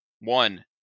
One